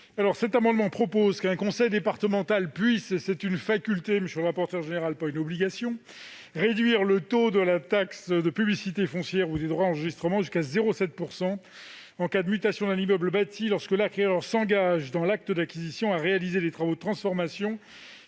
Cet amendement vise à ce qu'un conseil départemental puisse- c'est bien une faculté, monsieur le rapporteur général, et non une obligation -réduire le taux de la taxe de publicité foncière ou des droits d'enregistrement jusqu'à 0,7 %, en cas de mutation d'un immeuble bâti lorsque l'acquéreur s'engage dans l'acte d'acquisition à réaliser les travaux de transformation